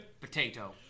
Potato